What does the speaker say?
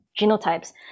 genotypes